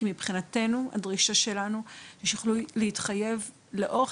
כי מבחינתנו הדרישה שלנו היא שהם יוכלו להתחייב לאורך